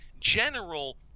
general